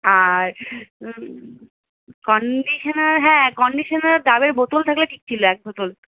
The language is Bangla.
আর কন্ডিশনার হ্যাঁ কন্ডিশনার ডাবের বোতল থাকলে ঠিক ছিলো এক বোতল